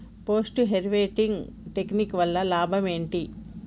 Post harvesting technique వల్ల లాభం ఏంటి?